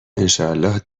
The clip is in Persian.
انشاالله